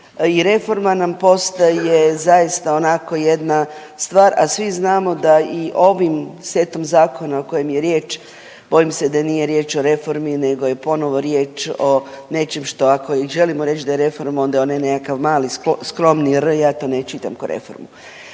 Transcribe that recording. i reforma nam postaje zaista onako jedna stvar, a svi znamo da i ovim setom zakona o kojim je riječ, bojim se da nije riječ o reformi nego je ponovno riječ o nečem što, ako i želimo reći da je reforma, onda onaj nekakav mali, skromni r, ja to ne čitam k'o reformu.